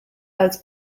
als